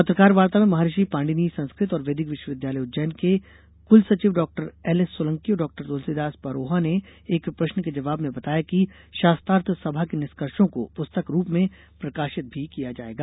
पत्रकार वार्ता में महर्षि पाणिनि संस्कृत और वैदिक विश्वविद्यालय उज्जैन के कुलसचिव डाक्टर एल एससोलंकी और डाक्टर तुलसीदास परौहा ने एक प्रश्न के जबाब में बताया कि शास्त्रार्थ सभा के निष्कर्षों को पुस्तक रूप में प्रकाशित भी किया जाएगा